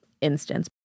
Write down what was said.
instance